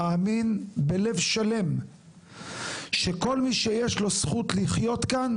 מאמין בלב שלם שכל מי שיש לו זכות לחיות כאן,